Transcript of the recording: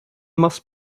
must